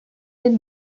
den